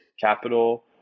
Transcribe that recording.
capital